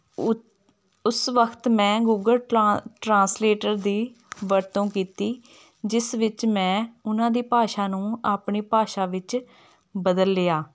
ਓ ਉਸ ਵਕਤ ਮੈਂ ਗੂਗਲ ਟਰਾ ਟਰਾਂਸਲੇਟਰ ਦੀ ਵਰਤੋਂ ਕੀਤੀ ਜਿਸ ਵਿੱਚ ਮੈਂ ਉਹਨਾਂ ਦੀ ਭਾਸ਼ਾ ਨੂੰ ਆਪਣੀ ਭਾਸ਼ਾ ਵਿੱਚ ਬਦਲ ਲਿਆ